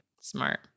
smart